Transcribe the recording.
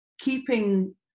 Keeping